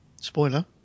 Spoiler